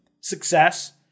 success